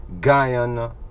Guyana